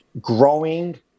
growing